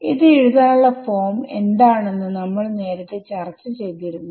ഇത് എഴുതാനുള്ള ഫോം എന്താണെന്ന് നമ്മൾ നേരത്തെ ചർച്ച ചെയ്തിരുന്നു